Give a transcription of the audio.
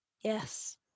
Yes